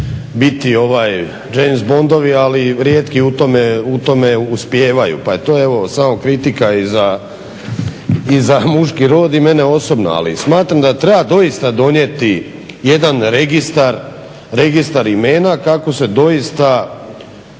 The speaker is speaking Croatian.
biti James Bondovi ali rijetki u tome uspijevaju pa je to samo kritika i za muški rod i mene osobno. Ali smatram da treba doista donijeti jedan registar imena kako se doista